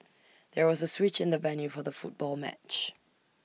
there was A switch in the venue for the football match